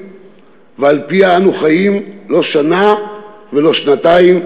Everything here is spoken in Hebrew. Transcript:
ועל-פיה אנו חיים לא שנה ולא שנתיים,